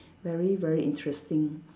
very very interesting